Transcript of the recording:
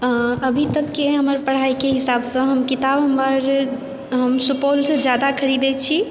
अभी तकके हमर पढ़ाईके हिसाबसँ हम किताब हमर हम सुपौलसँ जादा खरीदय छी